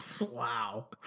Wow